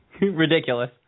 Ridiculous